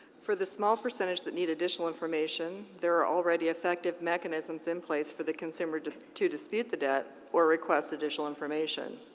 for the small percentage that need additional information, there are already effective mechanisms in place for the consumer to to dispute the debt or request additional information.